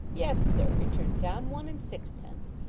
yes, sir returned john, one and sixpence.